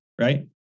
right